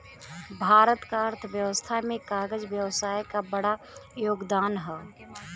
भारत क अर्थव्यवस्था में कागज व्यवसाय क बड़ा योगदान हौ